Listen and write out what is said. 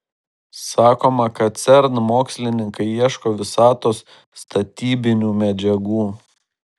sakoma kad cern mokslininkai ieško visatos statybinių medžiagų